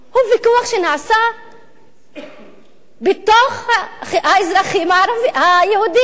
הוא ויכוח שנעשה בקרב האזרחים היהודים.